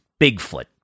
Bigfoot